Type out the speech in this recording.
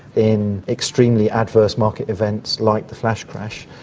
in extremely adverse market events like the flash crash,